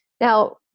Now